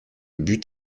but